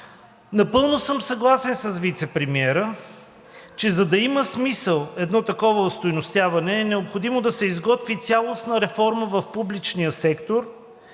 Напълно съм съгласен с вицепремиера, че за да има смисъл едно такова остойностяване, е необходимо да се изготви цялостна реформа в публичния сектор.